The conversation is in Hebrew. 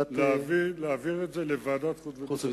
אני ממליץ ליושב-ראש להעביר את זה לוועדת החוץ והביטחון,